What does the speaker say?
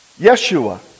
Yeshua